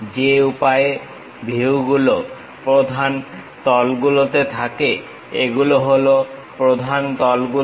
যে উপায়ে ভিউগুলো প্রধান তলগুলোতে থাকে এগুলো হলো প্রধান তলগুলো